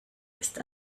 ist